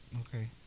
Okay